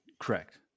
Correct